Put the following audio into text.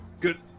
Good